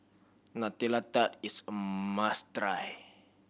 Nutella Tart is a must try